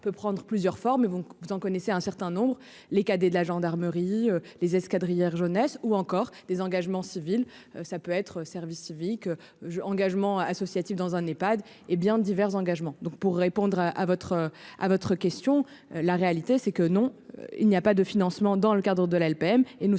peut prendre plusieurs formes. Et vous, vous en connaissez un certain nombre, les cadets de la gendarmerie. Les escadrilles hier jeunesse ou encore des engagements civil ça peut être service civique. Engagement associatif dans un Epad hé bien divers engagements donc pour répondre à votre, à votre question. La réalité c'est que non, il n'y a pas de financement dans le cadre de la LPM et nous